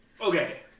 Okay